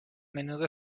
menudo